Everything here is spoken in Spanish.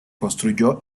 construyó